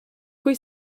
pwy